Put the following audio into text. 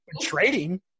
Trading